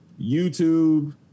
youtube